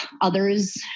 others